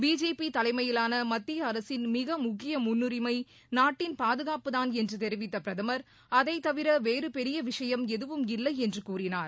BJP தலைமையிலான மத்திய அரசின் மிக முக்கிய முன்னுரிமை நாட்டின் பாதுகாப்புதான் என்று தெரிவித்த பிரதமர் அதை தவிர வேறு பெரிய விஷயம் எதுவும் இல்லை என்று கூறினார்